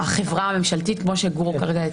החברה הממשלתית, כמו שגור כרגע הציג.